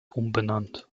umbenannt